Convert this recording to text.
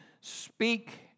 speak